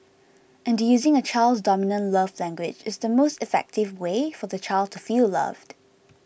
and using a child's dominant love language is the most effective way for the child to feel loved